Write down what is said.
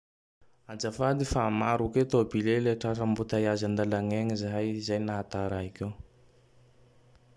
Azafady fa maro koa tôbil e,le tratry ambotaiazy an-dalagn'egny zahay. Izay nahataraiky io.